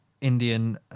Indian